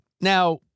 Now